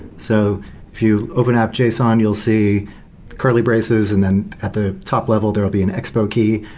so if you open up json, you'll see curly braces and then at the top level, there will be an expo key.